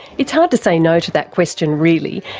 it's hard to say no to that question really,